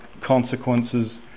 consequences